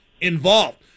involved